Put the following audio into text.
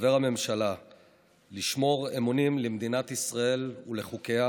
כחבר הממשלה לשמור אמונים למדינת ישראל ולחוקיה,